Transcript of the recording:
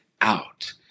out